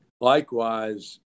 likewise